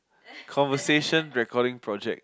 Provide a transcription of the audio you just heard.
conversation recording project